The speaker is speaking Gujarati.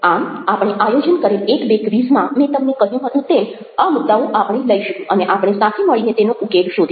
આમ આપણે આયોજન કરેલ 1 2 ક્વિઝ માં મેં તમને કહ્યું હતું તેમ આ મુદ્દાઓ આપણે લઈશું અને આપણે સાથે મળીને તેનો ઉકેલ શોધીશું